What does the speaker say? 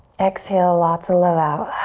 exhale, lots of love out.